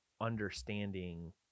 understanding